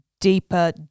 deeper